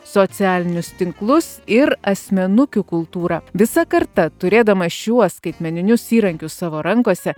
socialinius tinklus ir asmenukių kultūrą visa karta turėdama šiuos skaitmeninius įrankius savo rankose